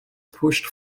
pushed